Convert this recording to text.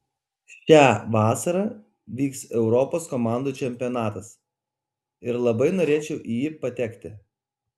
šią vasarą vyks europos komandų čempionatas ir labai norėčiau į jį patekti